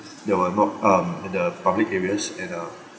they were not um and the public areas and uh